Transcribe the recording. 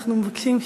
אנחנו מבקשים שקט.